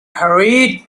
hurried